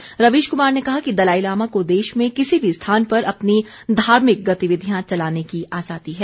श्री कुमार ने कहा कि दलाईलामा को देश में किसी भी स्थान पर अपनी धार्मिक गतिविधियां चलाने की आजादी है